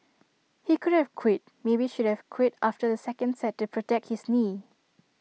he could have quit maybe should have quit after the second set to protect his knee